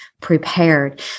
prepared